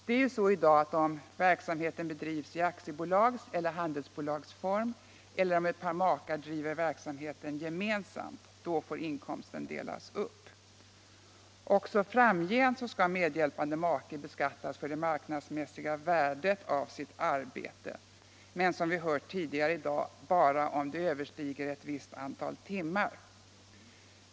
Det är ju så i dag att om verksamhet bedrivs i aktiebolagseller handelsbolagsform eller om ett par makar driver verksamhet gemensamt, får inkomsten delas upp. Också framgent skall medhjälpande make beskattas för det marknadsmässiga värdet av sitt arbete, men — som vi hört tidigare i dag — bara om det överstiger ett visst antal timmar.